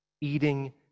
eating